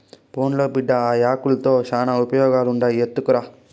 పోన్లే బిడ్డా, ఆ యాకుల్తో శానా ఉపయోగాలుండాయి ఎత్తకరా